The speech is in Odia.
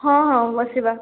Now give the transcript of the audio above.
ହଁ ହଁ ବସିବା